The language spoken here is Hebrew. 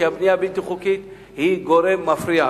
כי הבנייה הבלתי-חוקית היא גורם מפריע.